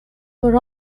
were